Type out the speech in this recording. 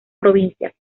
provincias